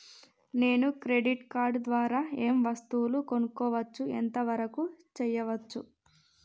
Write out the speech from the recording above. నేను credit card ద్వారా ఏం వస్తువులు కొనుక్కోవచ్చు ఎంత వరకు చేయవచ్చు?